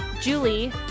julie